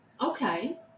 okay